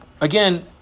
Again